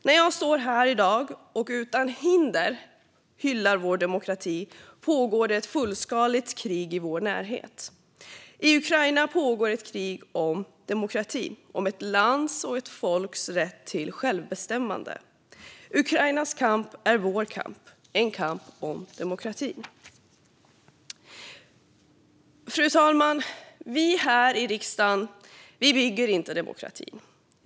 När jag står här i dag och utan hinder hyllar vår demokrati pågår ett fullskaligt krig i vår närhet. I Ukraina pågår ett krig om demokratin, om ett lands och ett folks rätt till självbestämmande. Ukrainas kamp är vår kamp, en kamp om demokratin. Fru talman! Vi här i riksdagen bygger inte demokratin.